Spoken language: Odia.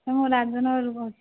ସାର୍ ମୁଁ ରାଜନଗରରୁ କହୁଛି